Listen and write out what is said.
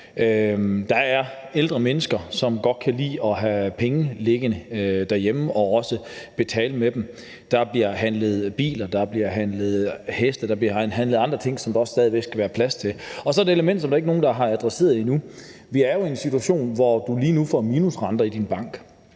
Der er ældre mennesker, som godt kan lide at have penge liggende derhjemme og også bruge dem til at betale med. Der bliver handlet biler, der bliver handlet heste, og der bliver handlet andre ting, som der stadig væk skal være plads til. Så er der et element, som der ikke er nogen der har adresseret endnu. Vi er jo i en situation, hvor vi lige nu får minusrenter i banken.